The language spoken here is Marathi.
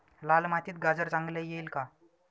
लाल मातीत गाजर चांगले येईल का?